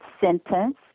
sentence